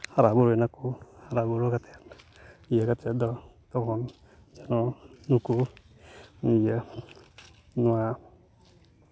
ᱦᱟᱨᱟᱼᱵᱩᱨᱩᱭᱮᱱᱟ ᱠᱚ ᱦᱟᱨᱟᱼᱵᱩᱨᱩ ᱠᱟᱛᱮ ᱤᱭᱟᱹ ᱠᱟᱛᱮ ᱫᱚ ᱛᱚᱠᱷᱚᱱ ᱡᱮᱱᱚ ᱱᱩᱠᱩ ᱤᱭᱟᱹ ᱱᱚᱣᱟ